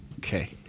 okay